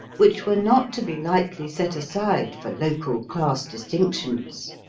which were not to be lightly set aside for local class distinctions.